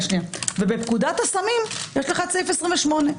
ובפקודת הסמים יש סעיף 28: